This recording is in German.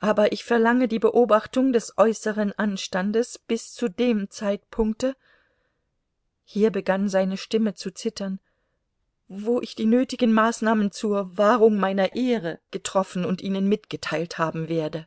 aber ich verlange die beobachtung des äußeren anstandes bis zu dem zeitpunkte hier begann seine stimme zu zittern wo ich die nötigen maßnahmen zur wahrung meiner ehre getroffen und ihnen mitgeteilt haben werde